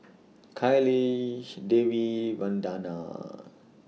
Kailash Devi Vandana